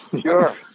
Sure